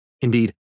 Indeed